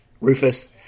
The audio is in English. Rufus